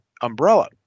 umbrella